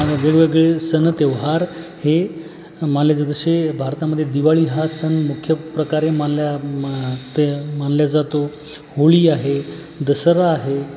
आता वेगवेगळे सण त्योहार हे मानले जात जसे भारतामध्ये दिवाळी हा सण मुख्य प्रकारे मानला मानते मानला जातो होळी आहे दशहरा आहे